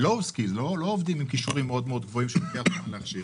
לא מדובר בעובדים עם כישורים מאוד גבוהים שלוקח זמן להכשיר,